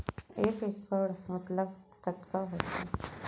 एक इक्कड़ मतलब कतका होथे?